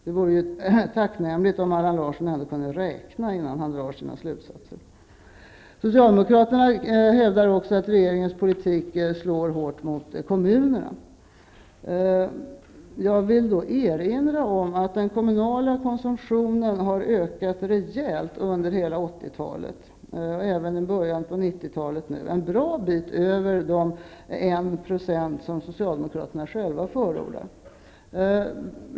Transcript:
Det vore tacknämligt om Allan Larsson ändå kunde räkna innan han drar sina slutsatser. Socialdemokraterna hävdar också att regeringens politik slår hårt mot kommunerna. Jag vill erinra om att den kommunala konsumtionen har ökat rejält under hela 80-talet och även i början av 90 talet, en bra bit över 1 %, som Socialdemokraterna själva förordar.